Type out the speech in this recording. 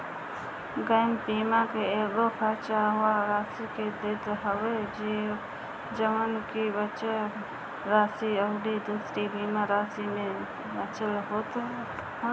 gap बीमा एगो कर्जा पअ राशि के देत हवे जवन की बचल राशि अउरी दूसरी बीमा राशि में बचल होत हवे